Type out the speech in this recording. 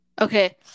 Okay